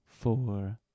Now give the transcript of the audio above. four